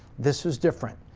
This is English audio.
this was different.